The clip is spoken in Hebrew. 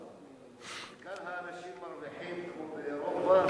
וכאן האנשים מרוויחים כמו באירופה?